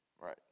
right